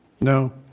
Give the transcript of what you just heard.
No